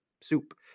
soup